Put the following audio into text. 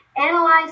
analyze